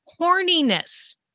horniness